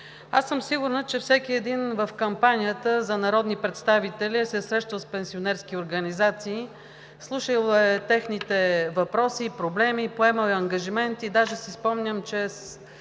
Аз съм сигурна, че всеки един в кампанията за народни представители се е срещал с пенсионерски организации, слушал е техните въпроси, проблеми, поемал е ангажименти, даже си спомням, че